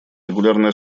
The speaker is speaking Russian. регулярной